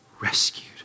rescued